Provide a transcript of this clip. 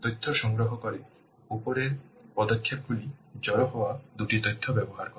তথ্য সংগ্রহ করে উপরের পদক্ষেপগুলিতে জড়ো হওয়া দুটি তথ্য ব্যবহার করে